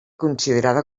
considerada